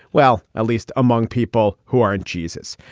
well at least among people who aren't jesus.